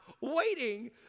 waiting